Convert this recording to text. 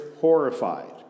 horrified